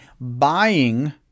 buying